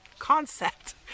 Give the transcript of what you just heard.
concept